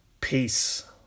peace